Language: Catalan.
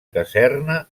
caserna